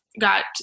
got